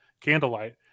candlelight